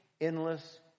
endless